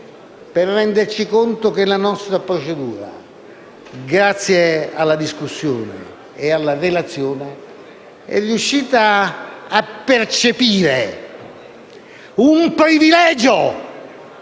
per renderci conto che la nostra procedura, grazie alla discussione e alla relazione, è riuscita a percepire un privilegio,